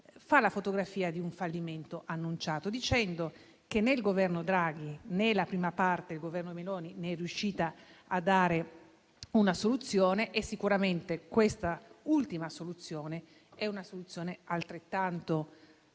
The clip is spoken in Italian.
fa la fotografia di un fallimento annunciato, dicendo che né il Governo Draghi, né la prima parte del Governo Meloni sono riusciti a dare una soluzione e che sicuramente questa ultima soluzione è altrettanto